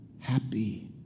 happy